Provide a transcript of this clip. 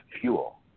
fuel